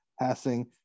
Passing